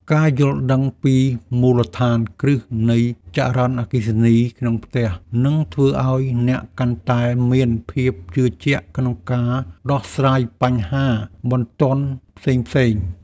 ការយល់ដឹងពីមូលដ្ឋានគ្រឹះនៃចរន្តអគ្គិសនីក្នុងផ្ទះ នឹងធ្វើឱ្យអ្នកកាន់តែមានភាពជឿជាក់ក្នុងការដោះស្រាយបញ្ហាបន្ទាន់ផ្សេងៗ។